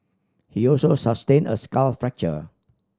he also sustained a skull fracture